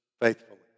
faithfully